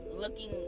looking